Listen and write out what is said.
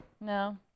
No